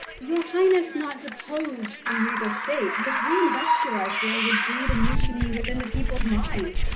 your highness not deposed from regal state, this re-investiture i fear would breed a mutiny within the people's minds.